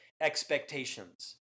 expectations